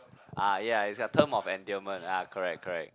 ah ya it's a term of endearment ah correct correct